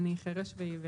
אני חירש ועיוור.